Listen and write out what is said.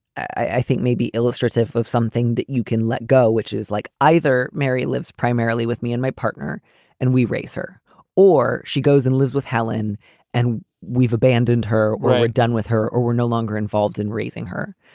i think, maybe illustrative of something that you can let go, which is like either mary lives primarily with me and my partner and we raise her or she goes and lives with helen and we've abandoned her. we're we're done with her or we're no longer involved in raising her.